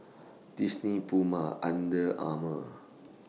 Disney Puma Under Armour